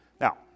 Now